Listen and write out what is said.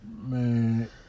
Man